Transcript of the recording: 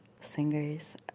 singers